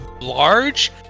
large